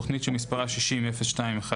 תוכנית שמספרה 600210,